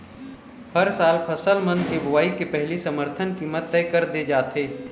हर साल फसल मन के बोवई के पहिली समरथन कीमत तय कर दे जाथे